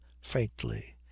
faintly